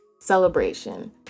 celebration